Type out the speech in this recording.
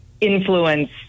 influence